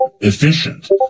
efficient